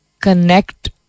connect